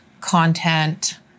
content